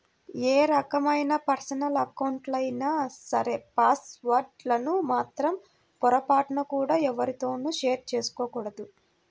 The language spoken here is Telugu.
ఏ రకమైన పర్సనల్ అకౌంట్లైనా సరే పాస్ వర్డ్ లను మాత్రం పొరపాటున కూడా ఎవ్వరితోనూ షేర్ చేసుకోకూడదు